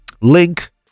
link